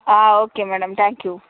um okay madam thank you